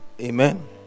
Amen